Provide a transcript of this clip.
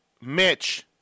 Mitch